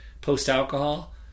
post-alcohol